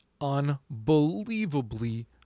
unbelievably